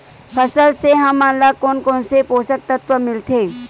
फसल से हमन ला कोन कोन से पोषक तत्व मिलथे?